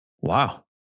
Wow